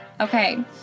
Okay